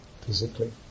physically